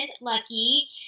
Lucky